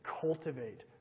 cultivate